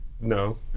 No